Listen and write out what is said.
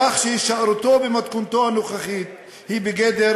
כך שהישארותו במתכונתו הנוכחית היא בגדר